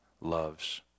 loves